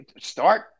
start